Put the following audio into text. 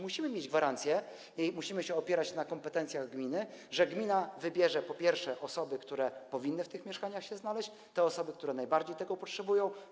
Musimy mieć gwarancję - musimy się opierać na kompetencjach gminy - że gmina, po pierwsze, wybierze osoby, które powinny w tych mieszkaniach się znaleźć, osoby, które najbardziej tego potrzebują.